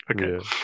Okay